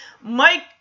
Mike